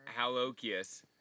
Halokius